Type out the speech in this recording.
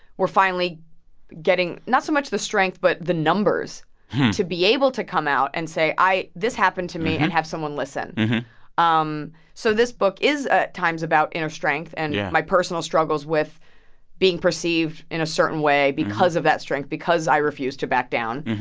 we're finally getting not so much the strength, but the numbers to be able to come out and say, i this happened to me and have someone listen um so this book is at times about inner strength and yeah my personal struggles with being perceived in a certain way because of that strength, because i refuse to back down.